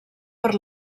per